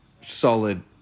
solid